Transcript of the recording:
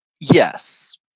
yes